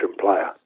player